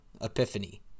epiphany